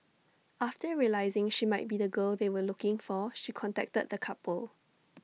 after realising she might be the girl they were looking for she contacted the couple